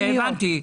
הבנתי.